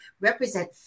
represent